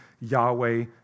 Yahweh